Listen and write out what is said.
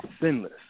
sinless